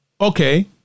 okay